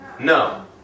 No